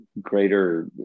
greater